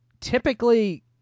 typically